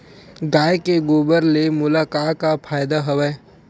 गाय के गोबर ले मोला का का फ़ायदा हवय?